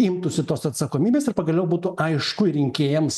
imtųsi tos atsakomybės ir pagaliau būtų aišku ir rinkėjams